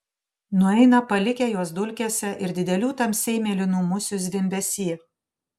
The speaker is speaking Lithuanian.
nueina palikę juos dulkėse ir didelių tamsiai mėlynų musių zvimbesy